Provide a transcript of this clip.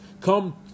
come